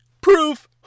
Proof